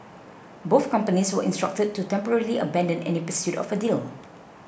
both companies were instructed to temporarily abandon any pursuit of a deal